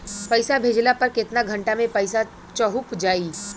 पैसा भेजला पर केतना घंटा मे पैसा चहुंप जाई?